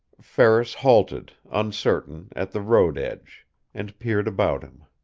ferris halted, uncertain, at the road edge and peered about him.